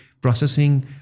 processing